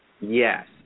Yes